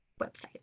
website